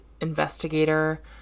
investigator